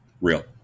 Real